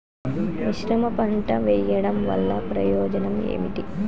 మిశ్రమ పంట వెయ్యడం వల్ల ప్రయోజనం ఏమిటి?